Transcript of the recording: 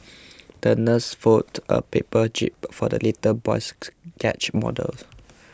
the nurse folded a paper jib for the little boy's yacht model